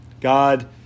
God